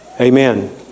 Amen